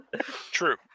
True